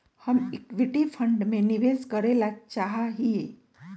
हम equity fund में निवेश करे ला चाहा हीयी